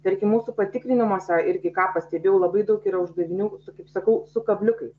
tarkim mūsų patikrinimuose irgi ką pastebėjau labai daug yra uždavinių su kaip sakau su kabliukais